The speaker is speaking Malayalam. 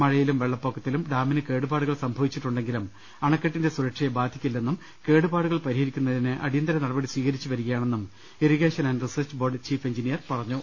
മഴ യിലും വെള്ളപ്പൊക്കത്തിലും ഡാമിന് കേടുപാടുകൾ സംഭവിച്ചിട്ടുണ്ടെങ്കിലും അണ ക്കെട്ടിന്റെ സുരക്ഷയെ ബാധിക്കില്ലെന്നും കേടുപാടുകൾ പരിഹരിക്കുന്നതിന് അടി യന്തര നടപടി സ്വീകരിച്ചുവരികയാണെന്നും irrigation and research board chief engineer അറിയിച്ചു